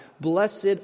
Blessed